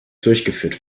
durchgeführt